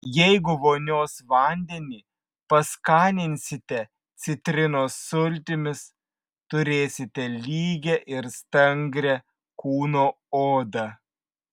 jeigu vonios vandenį paskaninsite citrinos sultimis turėsite lygią ir stangrią kūno odą